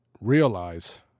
realize